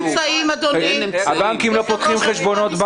הבנקים לא פותחים חשבונות.